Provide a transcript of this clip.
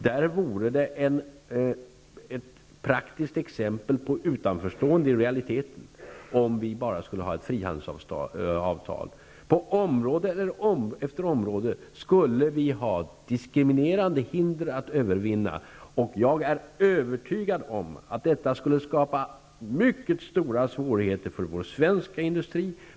Det vore ett praktiskt exempel på utanförstående i realiteten om vi bara skulle ha ett frihandelsavtal. På område efter område skulle vi ha diskriminerande hinder att övervinna. Jag är övertygad om att detta skulle skapa mycket stora svårigheter för vår svenska industri.